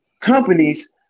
companies